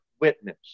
witness